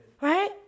Right